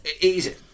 easy